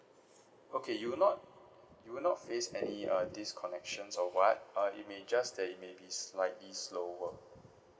okay you'll not you'll not face any uh disconnections or [what] uh it may just that it may be slightly slower